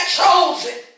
chosen